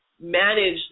manage